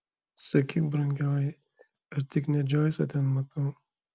sakyk brangioji ar tik ne džoisą ten matau